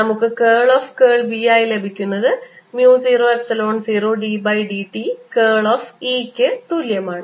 നമുക്ക് curl of curl B ആയി ലഭിക്കുന്നത് mu 0 epsilon 0 d by d t curl of E ക്ക് തുല്യമാണ്